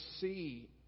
see